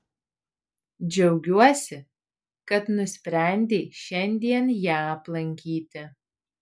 džiaugiuosi kad nusprendei šiandien ją aplankyti